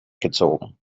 gezogen